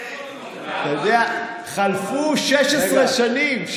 אתה יודע, חלפו 16 שנים.